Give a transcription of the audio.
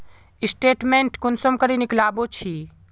Statement कुंसम निकलाबो छी?